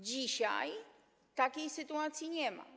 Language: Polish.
Dzisiaj takiej sytuacji nie ma.